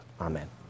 Amen